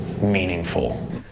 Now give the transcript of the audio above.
meaningful